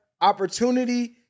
opportunity